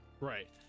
Right